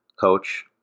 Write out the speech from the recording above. coach